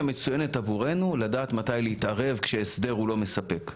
מצוינת עבורנו לדעת מתי להתערב כשהסדר הוא לא מספק.